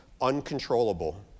uncontrollable